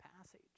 passage